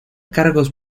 cargos